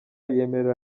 yemerera